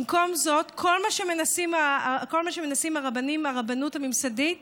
במקום זאת, כל מה שמנסים הרבנים והרבנות הממסדית